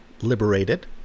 liberated